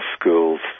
schools